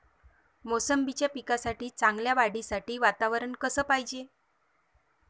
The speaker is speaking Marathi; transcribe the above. मोसंबीच्या पिकाच्या चांगल्या वाढीसाठी वातावरन कस पायजे?